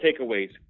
takeaways